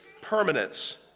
permanence